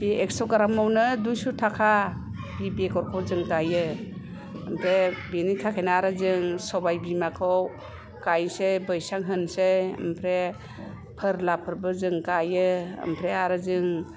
बे एक्स' ग्रामावनो दुइस' थाखा बि बेगरखौ जों गाइयो ओमफ्राय आरो बिनि थाखायनो आरो जों सबाय बिमाखौ गाइसै बैसां होसै ओमफ्राय फोरला फोरबो जों गाइयो ओमफ्राय जों